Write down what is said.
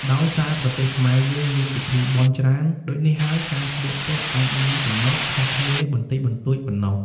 ដោយសារប្រទេសខ្មែរយើងមានពិធីបុណ្យច្រើនដូចនេះហើយការស្លៀកពាក់អាចមានចំណុចខុសគ្នាបន្តិចបន្ទួចប៉ុណ្ណោះ ។